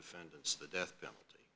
fendants the death penalty